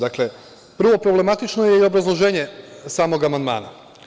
Dakle, prvo, problematično je i obrazloženje samog amandmana.